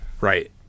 Right